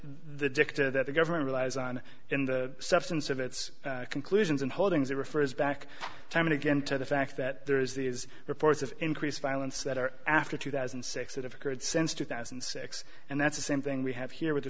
the dicta that the government relies on in the substance of its conclusions and holdings it refers back time and again to the fact that there is these reports of increased violence that are after two thousand and six that have occurred since two thousand and six and that's the same thing we have here with